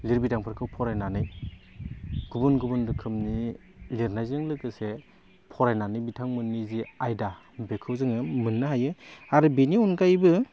लिरबिदांफोरखौ फरायनानै गुबुन गुबुन रोखोमनि लिरनायजों लोगोसे फरायनानै बिथांमोननि जे आयदा बेखौ जोङो मोनो हायो आरो बिनि अनगायैबो